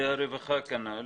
והרווחה כנ"ל,